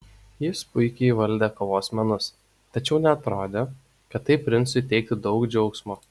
jis puikiai įvaldė kovos menus tačiau neatrodė kad tai princui teiktų daug džiaugsmo